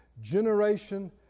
Generation